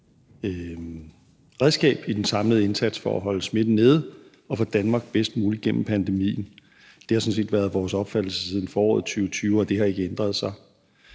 redskab i den samlede indsats for at holde smitten nede og få Danmark bedst muligt gennem pandemien. Det har sådan set været vores opfattelse siden foråret 2020, og det har ikke ændret sig.